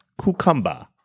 cucumba